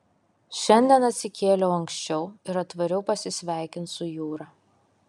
šiandien atsikėliau anksčiau ir atvariau pasisveikint su jūra